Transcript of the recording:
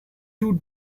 two